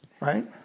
right